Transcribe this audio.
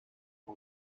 for